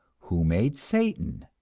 who made satan,